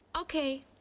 Okay